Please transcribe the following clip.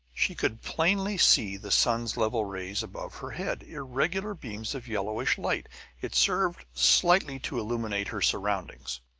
she could plainly see the sun's level rays above her head, irregular beams of yellowish light it served slightly to illuminate her surroundings.